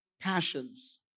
passions